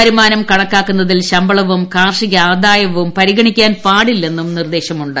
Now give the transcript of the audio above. വരുമാനം കണക്കാക്കുന്നതിൽ ശമ്പളവും കാർഷികആദാ യവും പരിഗണിക്കാൻ പാടില്ലെന്നും നിർദേശമുണ്ട്